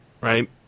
right